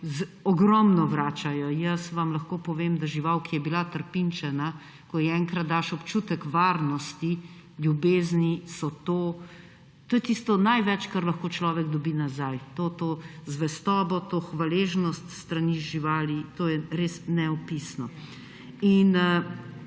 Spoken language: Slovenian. ogromno vračajo. Jaz vam lahko povem, da žival, ki je bila trpinčena, ko ji enkrat daš občutek varnosti, ljubezni, je to tisto največ, kar lahko človek dobi nazaj. To zvestobo, to hvaležnost s strani živali. To je res nepopisno.